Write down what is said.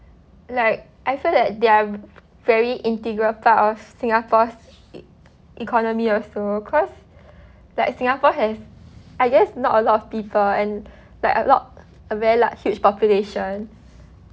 like I feel that they're a very integral part of singapore's e~ economy also cause like singapore has I guess not a lot of people and like a not a very large huge population